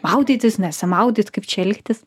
maudytis nesimaudyt kaip čia elgtis